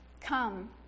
Come